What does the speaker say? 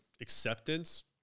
acceptance